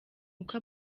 uko